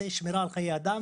אז יש שני מענים לעניין הזה.